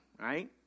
right